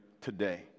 today